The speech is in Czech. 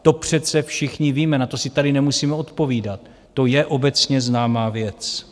To přece všichni víme, na to si tady nemusíme odpovídat, to je obecně známá věc.